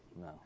No